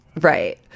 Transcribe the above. Right